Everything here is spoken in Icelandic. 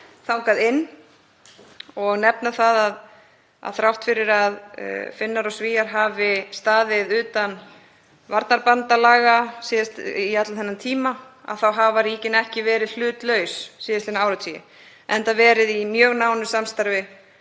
þangað inn. Og ég vil nefna það að þrátt fyrir að Finnar og Svíar hafi staðið utan varnarbandalaga í allan þennan tíma þá hafa ríkin ekki verið hlutlaus síðastliðna áratugi, enda hafa þau verið í mjög nánu samstarfi